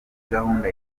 gahunda